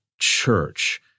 church